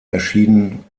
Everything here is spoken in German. erschienen